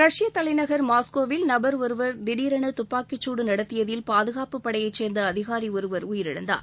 Russia தலைநகர் மாஸ்கோவில் நபர் ஒருவர் திடீரென துப்பாக்கிச்சூடு நடத்தியதில் பாதுகாப்பு படையைச் சேர்ந்த அதிகாரி ஒருவர் உயிரிழந்தார்